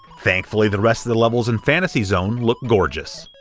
thankfully, the rest of the levels in fantasy zone look gorgeous.